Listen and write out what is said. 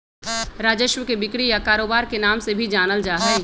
राजस्व के बिक्री या कारोबार के नाम से भी जानल जा हई